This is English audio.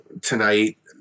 tonight